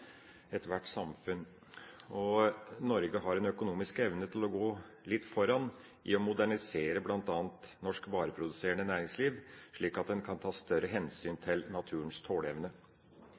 ethvert samfunn. Norge har en økonomisk evne til å gå litt foran i å modernisere bl.a. norsk vareproduserende næringsliv, slik at en kan ta større hensyn til naturens tåleevne.